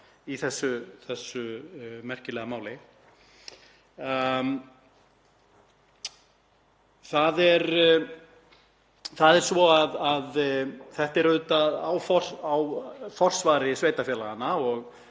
Það er svo að þetta er auðvitað á forsvari sveitarfélaganna og